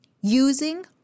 Using